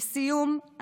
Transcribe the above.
לסיום,